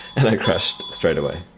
and i crashed straight away.